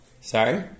sorry